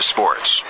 Sports